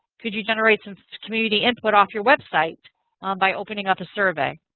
could you generate some community input off your website by opening up a survey?